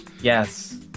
Yes